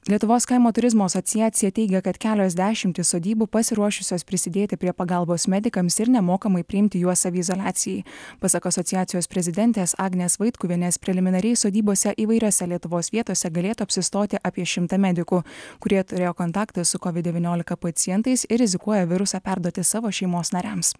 lietuvos kaimo turizmo asociacija teigia kad kelios dešimtys sodybų pasiruošusios prisidėti prie pagalbos medikams ir nemokamai priimti juos saviizoliacijai pasak asociacijos prezidentės agnės vaitkuvienės preliminariai sodybose įvairiose lietuvos vietose galėtų apsistoti apie šimtą medikų kurie turėjo kontaktą su kovid devyniolika pacientais ir rizikuoja virusą perduoti savo šeimos nariams